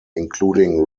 including